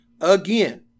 Again